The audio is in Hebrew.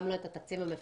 גם לא את התקציב המפורט,